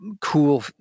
cool